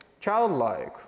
childlike